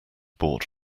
bought